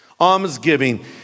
Almsgiving